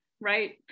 right